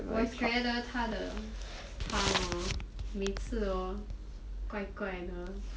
我觉得她的汤 hor 每次 hor 怪怪的